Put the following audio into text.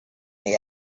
the